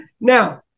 Now